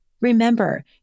Remember